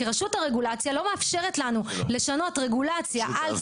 כי רשות הרגולציה לא מאפשרת לנו לשנות רגולציה,